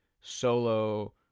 solo